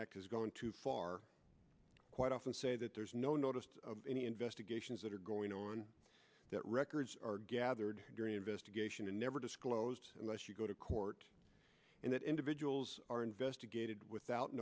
act has gone too far quite often say that there's no noticed any investigations that are going on that records are gathered during investigation and never disclosed unless you go to court and that individuals are investigated without